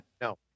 no